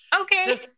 Okay